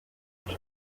each